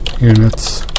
Units